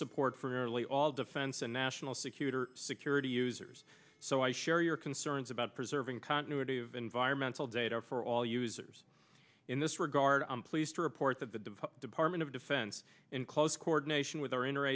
support for nearly all defense and national security or security users so i share your concern learns about preserving continuity of environmental data for all users in this regard i'm pleased to report that the department of defense in close coordination with our inner